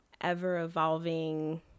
ever-evolving